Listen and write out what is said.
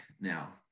now